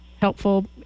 helpful